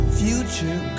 future